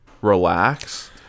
Relax